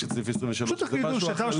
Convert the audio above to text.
יש את סעיף 23, זה משהו אחר.